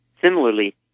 Similarly